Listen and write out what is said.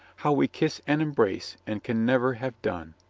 how we kiss and embrace, and can never have done!